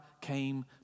came